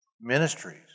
ministries